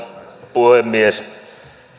puhemies